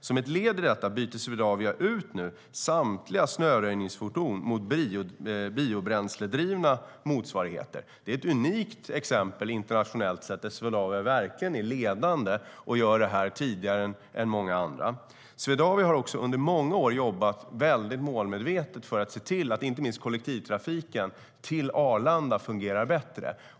Som ett led i detta byter nu Swedavia ut samtliga snöröjningsfordon mot biobränsledrivna motsvarigheter. Det är ett unikt exempel internationellt sett där Swedavia verkligen är ledande och gör detta tidigare än många andra. Swedavia har också under många år jobbat målmedvetet för att se till att inte minst kollektivtrafiken till Arlanda fungerar bättre.